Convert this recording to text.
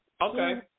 Okay